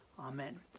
amen